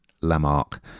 Lamarck